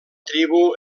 tribu